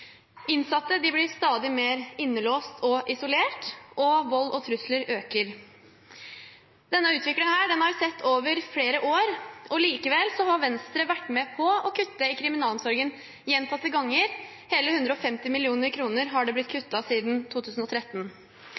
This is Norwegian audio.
Innsatte blir stadig mer innelåst og isolert, og vold og trusler øker. Denne utviklingen har vi sett over flere år. Likevel har Venstre vært med på å kutte i kriminalomsorgen gjentatte ganger. Hele 150 mill. kr har det blitt kuttet siden 2013.